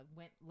went